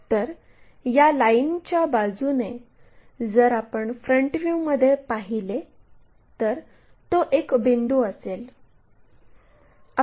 तर या लाईनच्या बाजूने जर आपण फ्रंट व्ह्यूमध्ये पाहिले तर तो एक बिंदू असेल